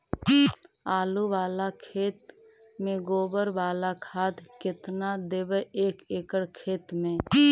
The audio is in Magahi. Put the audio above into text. आलु बाला खेत मे गोबर बाला खाद केतना देबै एक एकड़ खेत में?